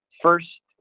first